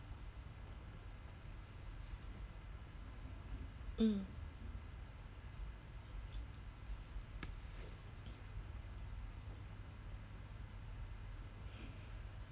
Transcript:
mm